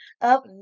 Up